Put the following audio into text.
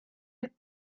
have